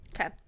Okay